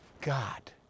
God